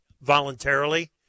voluntarily